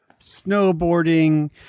snowboarding